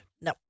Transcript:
No